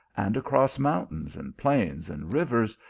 and across mountains, and plains, and rivers,